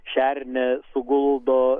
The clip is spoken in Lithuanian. šernė suguldo